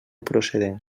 procedent